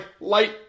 light